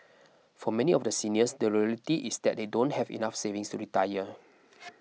for many of the seniors the reality is that they don't have enough savings to retire